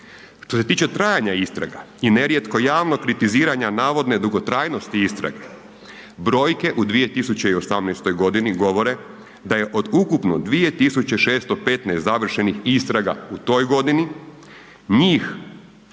Što se tiče trajanja istraga i nerijetko javnog kritiziranja navodne dugotrajnosti istrage brojke u 2018.g. govore da je od ukupno 2615 završenih istraga u toj godini, njih